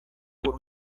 por